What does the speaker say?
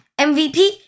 MVP